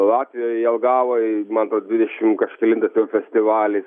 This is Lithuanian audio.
latvijoje jelgavoj mano atrodo dvidešimt kažkelintas jau festivalis